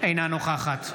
אינה נוכחת